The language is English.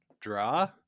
draw